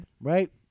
Right